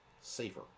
safer